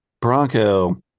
Bronco